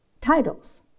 titles